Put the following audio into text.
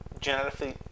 genetically